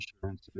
insurance